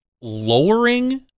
lowering